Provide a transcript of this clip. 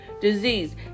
disease